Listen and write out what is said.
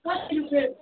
कति रुप्पे